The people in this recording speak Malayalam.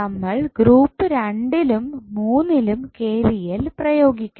നമ്മൾ ഗ്രൂപ്പ് രണ്ടിലും മൂന്നിലും KVL പ്രയോഗിക്കണം